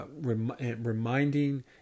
reminding